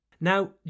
Now